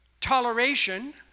Toleration